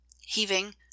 Heaving